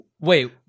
Wait